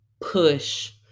push